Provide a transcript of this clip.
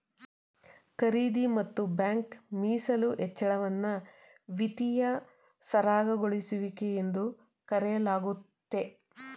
ಖರೀದಿ ಮತ್ತು ಬ್ಯಾಂಕ್ ಮೀಸಲು ಹೆಚ್ಚಳವನ್ನ ವಿತ್ತೀಯ ಸರಾಗಗೊಳಿಸುವಿಕೆ ಎಂದು ಕರೆಯಲಾಗುತ್ತೆ